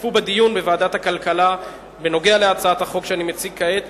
שהשתתפו בדיון בוועדת הכלכלה בנוגע להצעת החוק שאני מציג כעת,